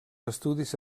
estudis